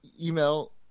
Email